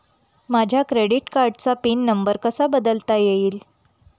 माझ्या क्रेडिट कार्डचा pin number कसा बदलता येईल?